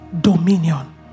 dominion